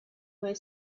where